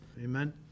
Amen